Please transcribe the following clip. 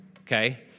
okay